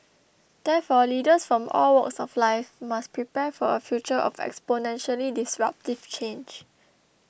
therefore leaders from all walks of life must prepare for a future of exponentially disruptive change